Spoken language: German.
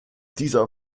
dieser